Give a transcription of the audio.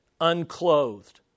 unclothed